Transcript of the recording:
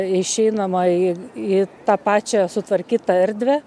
išeinama į į tą pačią sutvarkytą erdvę